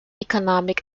economic